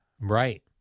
Right